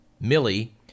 Millie